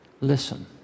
Listen